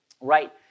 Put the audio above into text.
right